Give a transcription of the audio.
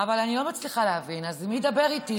אבל אני לא מצליחה להבין, אז מי ידבר איתי?